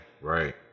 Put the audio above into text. right